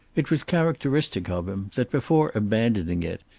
it was characteristic of him that, before abandoning it,